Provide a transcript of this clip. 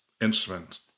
instrument